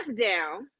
down